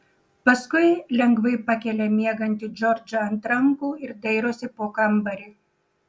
paskui lengvai pakelia miegantį džordžą ant rankų ir dairosi po kambarį